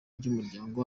ry’umuryango